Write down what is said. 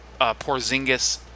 porzingis